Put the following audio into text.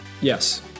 Yes